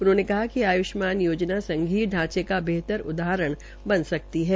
उन्होंने कहा कि आय्ष्मान योजना संघीय ढांचे का बेहतर उदाहरण बन सकती है